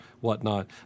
whatnot